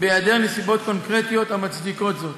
בהיעדר נסיבות קונקרטיות המצדיקות זאת.